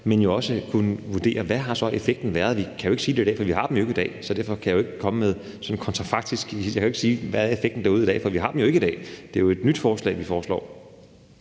men også kunne vurdere, hvad effekten så har været. Vi kan jo ikke sige det i dag, for vi har dem ikke i dag, så derfor kan jeg ikke komme med det sådan kontrafaktisk. Jeg kan jo ikke sige, hvad effekten er derude i dag, for vi har dem jo ikke i dag. Det er jo noget nyt, vi foreslår.